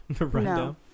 No